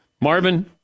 Marvin